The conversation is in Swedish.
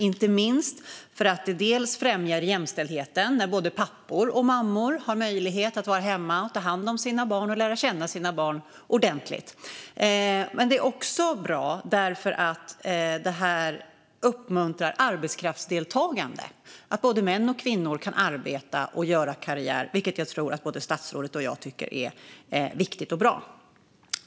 Inte minst främjar det jämställdheten när både pappor och mammor har möjlighet att vara hemma och ta hand om sina barn och lära känna sina barn ordentligt. Men det är också bra för att det uppmuntrar till arbetskraftsdeltagande att både män och kvinnor kan arbeta och göra karriär, vilket jag tror att både statsrådet och jag tycker är viktigt och bra.